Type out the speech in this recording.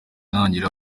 ntangira